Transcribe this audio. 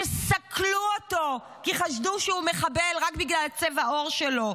שסקלו אותו כי חשדו שהוא מחבל רק בגלל צבע העור שלו,